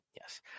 Yes